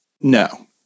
No